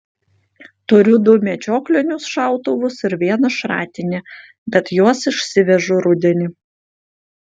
turiu du medžioklinius šautuvus ir vieną šratinį bet juos išsivežu rudenį